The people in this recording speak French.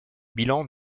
bilan